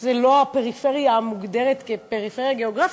שזה לא הפריפריה המוגדרת כפריפריה גיאוגרפית,